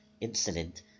incident